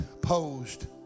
posed